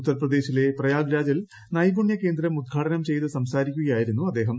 ഉത്തർപ്രദേശിലെ പ്രയാഗ്രാജിൽ നൈപുണ്യ കേന്ദ്രം ഉദ്ഘാടനം ചെയ്ത് സംസാരിക്കുകയായിരുന്നു അദ്ദേഹം